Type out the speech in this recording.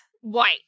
White